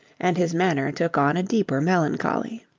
and his manner took on a deeper melancholy.